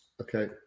Okay